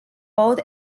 both